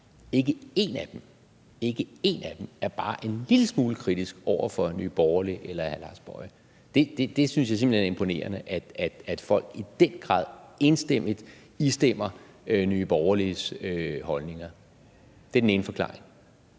ikke én af dem – er bare en lille smule kritisk over for Nye Borgerlige eller hr. Lars Boje Mathiesen. Jeg synes simpelt hen, det er imponerende, at folk i den grad enstemmigt istemmer Nye Borgerliges holdninger. Det er den ene forklaring.